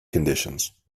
conditions